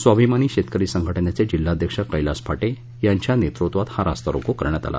स्वाभीमानी शेतकरी संघटनेचे जिल्हाध्यक्ष कैलास फाटे याच्या नेतृत्वात हा रास्तारोको करण्यात आला